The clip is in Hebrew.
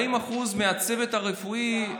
40% מהצוות הרפואי הם